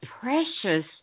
precious